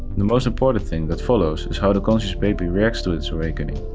the most important thing that follows is how the conscious baby reacts to its awakening.